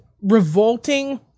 revolting